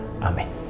Amen